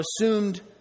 assumed